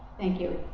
thank you.